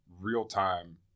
real-time